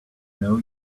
know